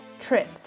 trip